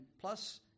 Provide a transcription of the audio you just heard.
plus